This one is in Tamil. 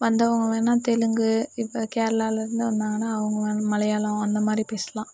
வந்தவங்க வேணா தெலுங்கு இப்போ கேரளாலேருந்து வந்தாங்கன்னால் அவங்க மலையாளம் அந்தமாதிரி பேசலாம்